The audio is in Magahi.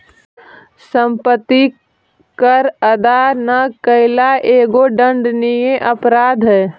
सम्पत्ति कर अदा न कैला एगो दण्डनीय अपराध हई